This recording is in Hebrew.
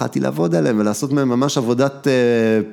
התח‫לתי לעבוד עליהם ולעשות מהם ‫ממש עבודת..